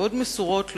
מאוד מסורות לו,